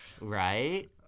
Right